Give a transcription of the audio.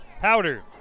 Powder